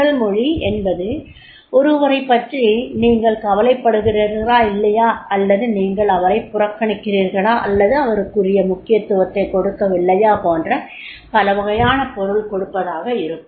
உடல் மொழி என்பது ஒருவரைப் பற்றி நீங்கள் கவலைப்படுகிறீர்களா இல்லையா அல்லது நீங்கள் அவரைப் புறக்கணிக்கிறீர்களா அல்லது அவருக்குரிய முக்கியத்துவத்தைக் கொடுக்கவில்லையா போன்ற பலவகையான பொருள்கொடுப்பதாக இருக்கும்